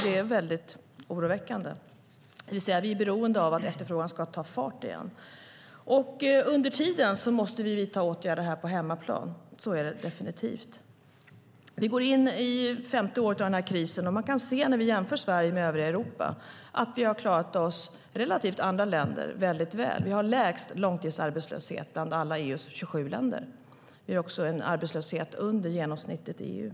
Det är oroväckande. Vi är beroende av att efterfrågan ska ta fart igen. Under tiden måste vi vidta åtgärder på hemmaplan. Så är det definitivt. Vi går in i det femte året av krisen. Vi kan se när vi jämför Sverige med övriga Europa att vi har klarat oss väldigt väl jämfört med andra länder. Vi har lägst långtidsarbetslöshet bland alla EU:s 27 länder. Vi har en arbetslöshet under genomsnittet i EU.